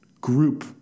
group